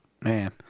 man